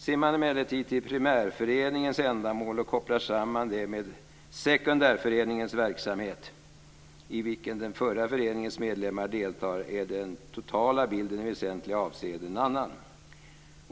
Ser man emellertid till primärföreningens ändamål och kopplar samman detta med sekundärföreningens verksamhet, i vilken den förra föreningens medlemmar deltar, finner man att den totala bilden i väsentliga avseenden är en annan.